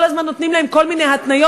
כל הזמן נותנים להן כל מיני התניות